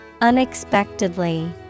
Unexpectedly